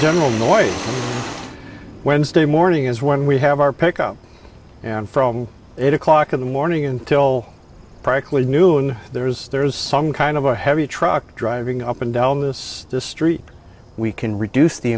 general noise wednesday morning is when we have our pick up and from it o'clock in the morning until practically noon there is there is some kind of a heavy truck driving up and down this street we can reduce the